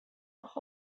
auch